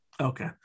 Okay